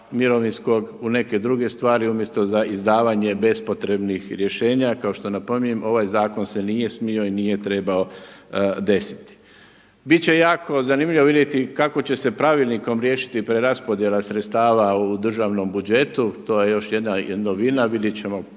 mirovinskog, u neke druge stvari umjesto za izdavanje bespotrebnih rješenja kao što napominjem. Ovaj zakon se nije smio i nije trebao desiti. Bit će jako zanimljivo vidjeti kako će se pravilnikom riješiti preraspodjela sredstava u državnom budžetu. To je još jedna novina. Vidjet ćemo kako to